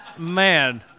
Man